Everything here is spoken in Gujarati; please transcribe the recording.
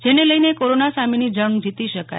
જેને લઈને કોરોના સામેની જંગ જીતી શકાય